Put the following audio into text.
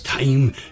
Time